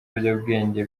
biyobyabwenge